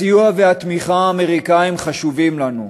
הסיוע והתמיכה האמריקניים חשובים לנו,